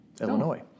Illinois